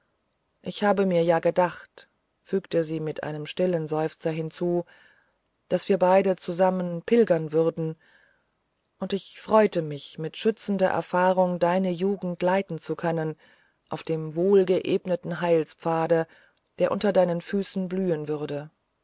ich habe mir ja gedacht fügte sie mit einem leisen seufzer hinzu daß wir beide zusammen pilgern würden und ich freute mich mit schützender erfahrung deine jugend leiten zu können auf dem wohlgeebneten heilspfade der unter deinen füßen blühen würde